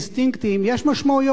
יש משמעויות בין-לאומיות.